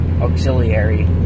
auxiliary